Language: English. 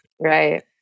Right